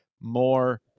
more